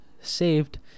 saved